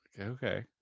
Okay